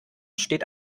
steht